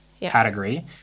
category